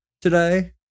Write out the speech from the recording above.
today